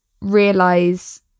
realize